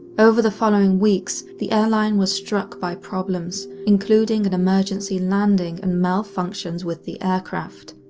over the following weeks, the airline was struck by problems, including an emergency landing and malfunctions with the aircraft.